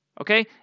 okay